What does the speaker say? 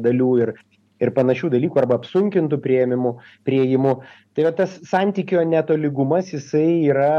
dalių ir ir panašių dalykų arba apsunkintu priėmimu priėjimu tai va tas santykio netolygumas jisai yra